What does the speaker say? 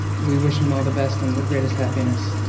we wish him all the best and the greatest happiness.